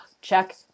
check